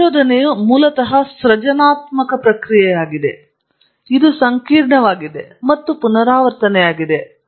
ಸಂಶೋಧನೆಯು ಮೂಲತಃ ಸೃಜನಾತ್ಮಕ ಪ್ರಕ್ರಿಯೆಯಾಗಿದೆ ಇದು ಸಂಕೀರ್ಣವಾಗಿದೆ ಮತ್ತು ಇದು ಪುನರಾವರ್ತನೆಯಾಗಿದೆ